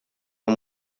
amb